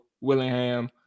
Willingham